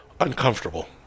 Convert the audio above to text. uncomfortable